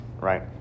right